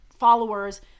followers